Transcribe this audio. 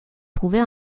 trouver